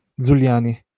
Zuliani